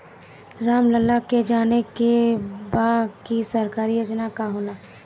राम लाल के जाने के बा की सरकारी योजना का होला?